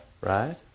right